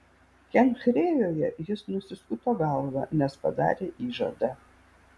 kenchrėjoje jis nusiskuto galvą nes padarė įžadą